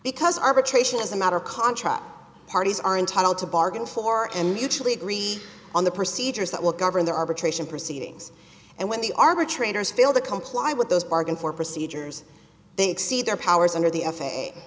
because arbitration as a matter of contract parties are entitled to bargain for and mutually agree on the procedures that will govern their arbitration proceedings and when the arbitrator's fail to comply with those bargain for procedures they exceed their powers under the